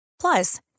Plus